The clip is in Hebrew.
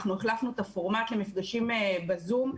אנחנו החלפנו את הפורמט למפגשים בזום,